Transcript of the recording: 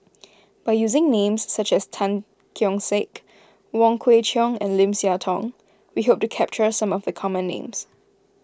by using names such as Tan Keong Saik Wong Kwei Cheong and Lim Siah Tong we hope to capture some of the common names